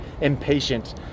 impatient